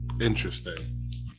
Interesting